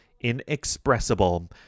Inexpressible